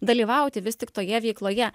dalyvauti vis tik toje veikloje